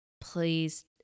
Please